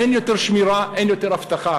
אין יותר שמירה, אין יותר אבטחה.